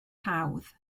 hawdd